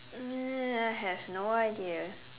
uh I have no idea